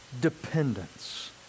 dependence